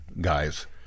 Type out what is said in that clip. guys